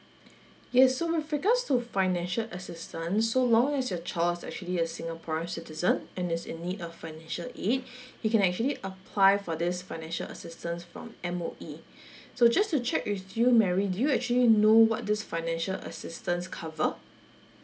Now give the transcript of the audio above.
yes so with regards to financial assistance so long as your child is actually a singaporean citizen and is in need of financial aid you can actually apply for this financial assistance from M_O_E so just to check with you mary do you actually know what this financial assistance cover